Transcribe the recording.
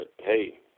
hey